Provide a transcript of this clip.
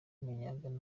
w’umunyagana